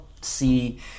see